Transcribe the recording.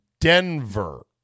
Denver